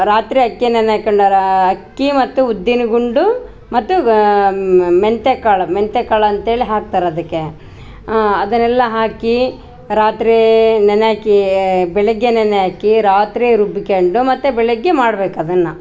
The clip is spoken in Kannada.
ರಾತ್ರಿ ಅಕ್ಕಿ ನೆನ ಕಂಡಾರಾ ಅಕ್ಕಿ ಮತ್ತು ಉದ್ದಿನ ಗುಂಡು ಮತ್ತು ಮೆಂತ್ಯ ಕಾಳು ಮೆಂತ್ಯ ಕಾಳು ಅಂತ್ಹೇಳಿ ಹಾಕ್ತಾರೆ ಅದಕ್ಕೆ ಅದ್ಯೆಲ್ಲ ಹಾಕಿ ರಾತ್ರಿ ನೆನಕೀ ಬೆಳಗ್ಗೆ ನೆನೆ ಹಾಕಿ ರಾತ್ರೆ ರುಬ್ಬಿಕ್ಯಾಂಡು ಮತ್ತು ಬೆಳಗ್ಗೆ ಮಾಡ್ಬೇಕು ಅದನ್ನ